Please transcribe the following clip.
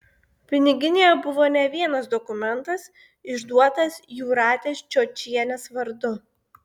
piniginėje buvo ne vienas dokumentas išduotas jūratės čiočienės vardu